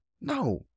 no